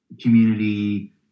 community